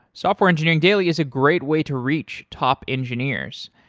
software engineering daily is a great way to reach top engineers.